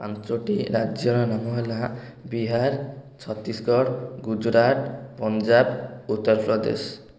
ପାଞ୍ଚଟି ରାଜ୍ୟର ନାମ ହେଲା ବିହାର ଛତିଶଗଡ଼ ଗୁଜୁରାଟ ପଞ୍ଜାବ ଉତ୍ତରପ୍ରଦେଶ